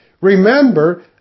Remember